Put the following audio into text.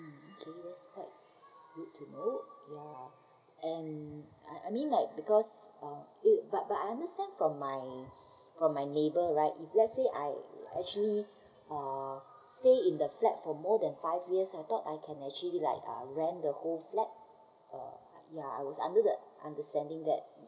um okay yes quite good to know ya and I I mean like because uh it but but I understand from my uh from my from my neighbour right if let's say I actually uh stay in the flat for more than five years I thought I can actually like uh rent the whole flat uh ya I was under the understanding that